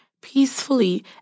peacefully